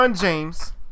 James